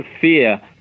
fear